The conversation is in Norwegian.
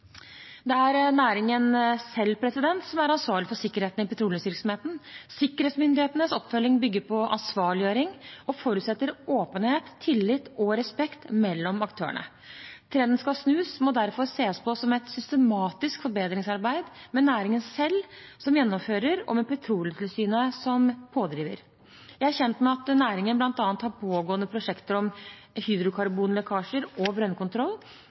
Det er næringen selv som er ansvarlig for sikkerheten i petroleumsvirksomheten. Sikkerhetsmyndighetenes oppfølging bygger på ansvarliggjøring og forutsetter åpenhet, tillit og respekt mellom aktørene. «Trenden skal snus» må derfor ses på som et systematisk forbedringsarbeid med næringen selv som gjennomfører og med Petroleumstilsynet som pådriver. Jeg er kjent med at næringen bl.a. har pågående prosjekter om hydrokarbonlekkasjer og brønnkontroll,